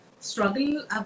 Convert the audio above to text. Struggle